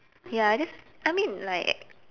ya I just I mean like